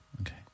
Okay